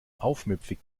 aufmüpfig